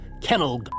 kennel